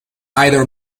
either